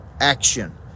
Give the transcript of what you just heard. action